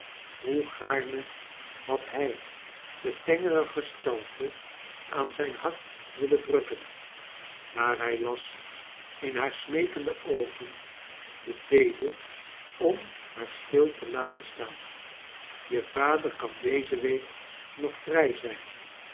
hoe gaa rne had hij de tengere gestalte aan zijn harr willen drukkeu maar hij las in haar smeekende oogen de bode om haar stil te laten staan jo vader kan deze week nog vrij zijn